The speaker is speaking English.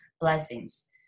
blessings